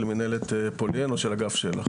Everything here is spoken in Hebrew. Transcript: של מינהלת פולין או של אגף של"ח,